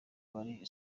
bari